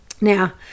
Now